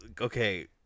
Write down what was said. okay